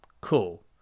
Cool